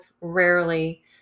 rarely